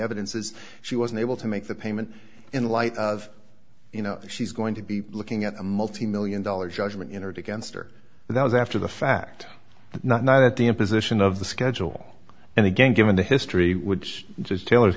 evidence is she was unable to make the payment in light of you know she's going to be looking at a multi million dollar judgment entered against her and that was after the fact not not at the imposition of the schedule and again given the history which just taylor